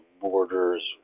borders